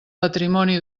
patrimoni